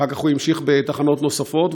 אחר כך הוא המשיך בתחנות נוספות,